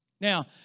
Now